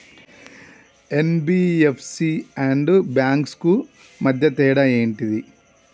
NBFC and banks కు మధ్య తేడా ఏంటిది?